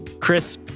Chris